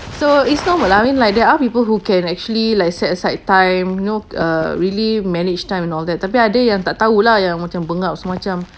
so it's normal lah I mean like there are people who can actually like set aside time you know err really manage time and all that tapi ada tak tahu lah yang macam bengap semacam